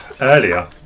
Earlier